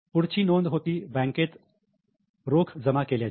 पुढची नोंद होती बँकेत रोकड जमा केल्याची